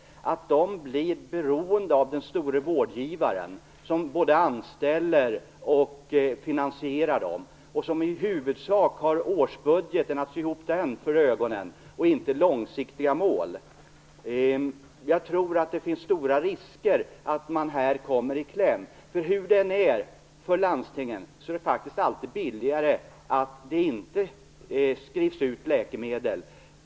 Är inte Leif Carlson orolig för att de blir beroende av den store vårdgivaren, som både anställer och finansierar dem och som i huvudsak har för ögonen att sy ihop årsbudgeten, inte långsiktiga mål? Jag tror att det finns stora risker för att man här kommer i kläm. För landstingen är det faktiskt alltid billigare att det inte skrivs ut läkemedel.